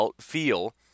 feel